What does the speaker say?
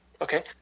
okay